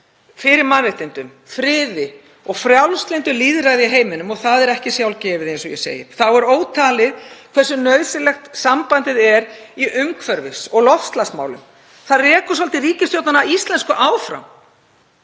fyrir mannréttindum, friði og frjálslyndu lýðræði í heiminum og það er ekki sjálfgefið. Þá er ótalið hversu nauðsynlegt sambandið er í umhverfis- og loftslagsmálum. Það rekur svolítið ríkisstjórnina íslensku áfram.